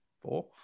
Four